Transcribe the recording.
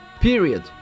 period